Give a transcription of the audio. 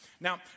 Now